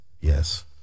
Yes